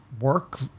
work